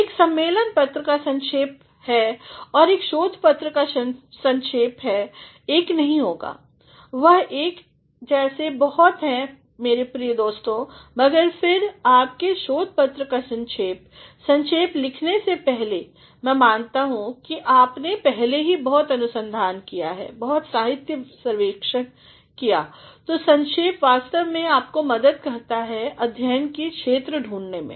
एक सम्मेलन पत्र का संक्षेप और एक शोध पत्र का संक्षेप एक नहीं हैं वह एक जैसे बहुत हैं मेरे प्रिय दोस्तों मगर फिर आपके शोध पत्र का संक्षेप संक्षेप लिखने से पहले मै मानताहूँ कि आपने पहले ही बहुत अनुसंधानकिया है बहुत साहित्यसर्वेक्षण तो संक्षेप वास्तव में आपको मदद करता हैअध्ययनकी क्षेत्र ढूंढ़ने में